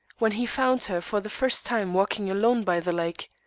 when he found her, for the first time walking alone by the lake,